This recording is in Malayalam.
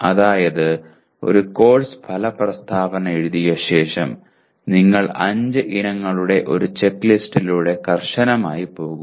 അതായത് ഒരു കോഴ്സ് ഫല പ്രസ്താവന എഴുതിയ ശേഷം നിങ്ങൾ 5 ഇനങ്ങളുടെ ഈ ചെക്ക്ലിസ്റ്റിലൂടെ കർശനമായി പോകുക